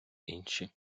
інші